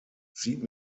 zieht